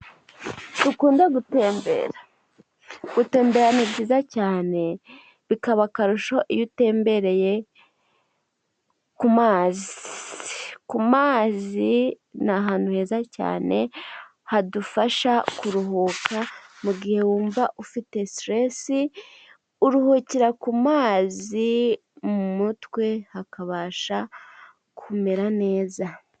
Dukunde gutembera, gutembera ni byiza cyane bikaba akarusho iyo utembereye ku mazi, ku mazi ni ahantu heza cyane hadufasha kuruhuka, mu gihe wumva ufite siteresi uruhukira ku mazi, mu mutwe hakabasha kumera neza.